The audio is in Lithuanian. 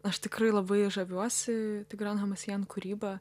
aš tikrai labai žaviuosi tikran hamasjan kūryba